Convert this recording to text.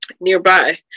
nearby